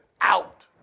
out